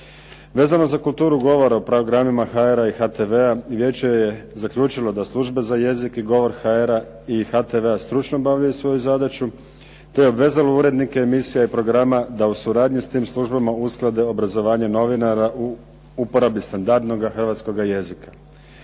Vezano za kulturu govora o programima HR-a i HTV-a vijeće je zaključilo da Služba za jezik i govor HR-a i HTV-a stručno obavljaju svoju zadaću te obvezalo urednike emisija i programa da u suradnji s tim službama usklade obrazovanje novinara u uporabi standardnoga hrvatskoga jezika.